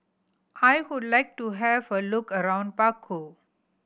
I would like to have a look around Baku